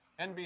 NBC